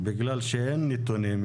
בגלל שאין נתונים,